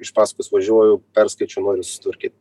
iš paskos važiuoju perskaičiau noriu susitvarkyt